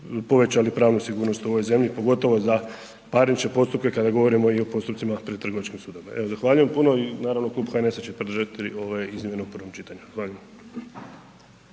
povećali pravnu sigurnost u ovoj zemlji, pogotovo za parničke postupke, kada govorimo o postupcima pred trgovačkim sudovima. Evo zahvaljujem puno i naravno Klub HNS-a će podržati ove izmjene u prvom čitanju.